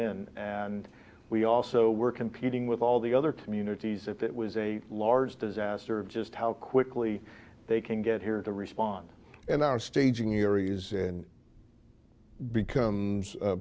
in and we also were competing with all the other communities if it was a large disaster just how quickly they can get here to respond and are staging areas and becomes